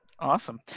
Awesome